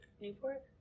Newport